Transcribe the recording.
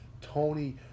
Tony